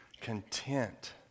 content